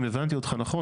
אם הבנתי אותך נכון,